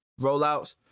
rollouts